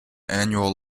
annual